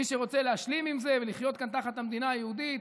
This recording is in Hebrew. מי שרוצה להשלים עם זה ולחיות כאן תחת המדינה היהודית,